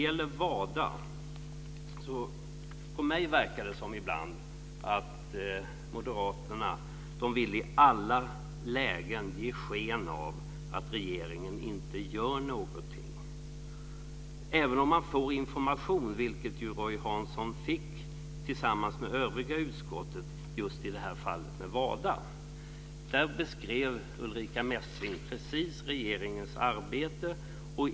På mig verkar det ibland som om Moderaterna i alla lägen vill låta påskina att regeringen inte gör något. Roy Hansson fick information tillsammans med de övriga i utskottet just i fallet med WADA. Ulrica Messing beskrev regeringens arbete.